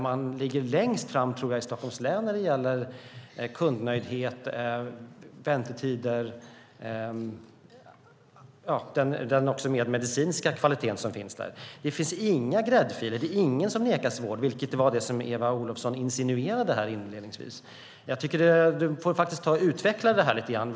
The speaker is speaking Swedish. Man ligger, tror jag, längst fram i Stockholms län när det gäller kundnöjdhet, väntetider och medicinsk kvalitet. Det finns inga gräddfiler. Det är ingen som nekas vård, vilket Eva Olofsson insinuerade inledningsvis. Du får faktiskt utveckla detta lite grann.